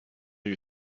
you